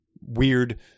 weird